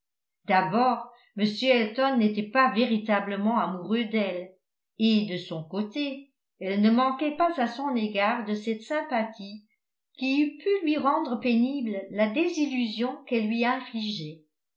d'abord m elton n'était pas véritablement amoureux d'elle et de son côté elle ne manquait pas à son égard de cette sympathie qui eût pu lui rendre pénible la désillusion qu'elle lui